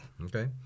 Okay